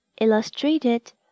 illustrated